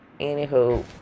anywho